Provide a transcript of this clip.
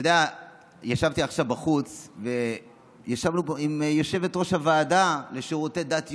ישבתי עכשיו בחוץ עם יושבת-ראש הוועדה לשירותי דת יהודיים.